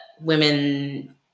women